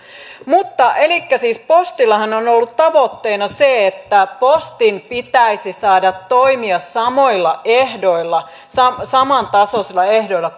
elikkä siis postillahan on ollut tavoitteena se että postin pitäisi saada toimia samoilla ehdoilla samantasoisilla ehdoilla